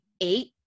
eight